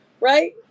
right